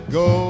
go